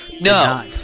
No